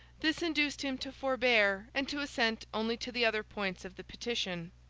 this induced him to forbear, and to assent only to the other points of the petition.